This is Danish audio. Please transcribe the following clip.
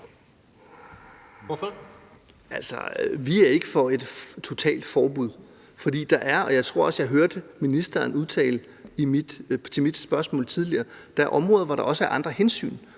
Jensen (V): Vi er ikke for et totalt forbud, fordi der er – og jeg tror også, jeg hørte ministeren nævne det i forbindelse med mit spørgsmål tidligere – områder, hvor der også er andre hensyn